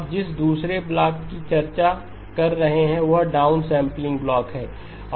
अब जिस दूसरे ब्लॉक की हम चर्चा कर रहे हैं वह डाउनसैंपलिंग ब्लॉक है